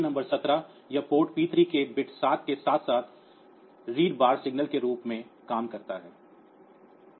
pin number 17 यह port P3 के bit 7 के साथ साथ रीड बार सिग्नल के रूप में कार्य करता है